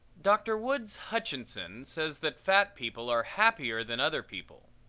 dr. woods hutchinson says that fat people are happier than other people.